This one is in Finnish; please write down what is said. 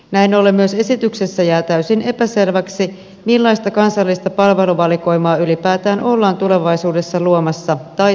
näin ollen myös esityksessä jää täysin epäselväksi millaista kansallista palveluvalikoimaa ylipäätään ollaan tulevaisuudessa luomassa tai turvaamassa